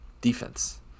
Defense